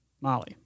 Molly